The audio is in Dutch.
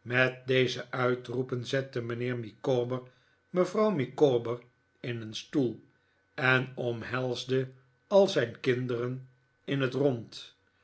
met deze uitroepen zette mijnheer micawber mevrouw micawber in een stoel en omhelsde al zijn kinderen in het rond